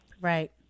Right